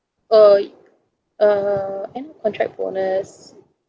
uh uh end of contract bonus